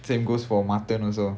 same goes for mutton also